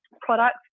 products